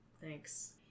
Thanks